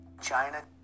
China